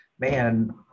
man